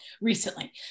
recently